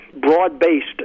broad-based